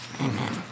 Amen